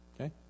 Okay